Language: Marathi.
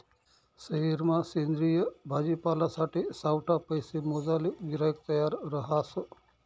सयेरमा सेंद्रिय भाजीपालासाठे सावठा पैसा मोजाले गिराईक तयार रहास